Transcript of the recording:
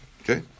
Okay